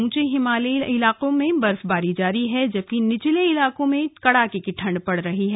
ऊंचे हिमालयी इलाकों में बर्फबारी जारी है जबकि निचले इलाकों में कड़ाके की ठंड पड़ रही है